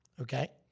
Okay